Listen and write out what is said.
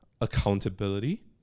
accountability